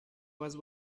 was